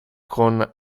con